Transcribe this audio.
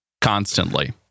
constantly